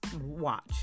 Watch